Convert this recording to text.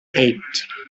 eight